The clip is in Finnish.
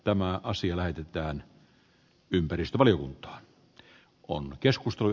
tämä laki aloite on ed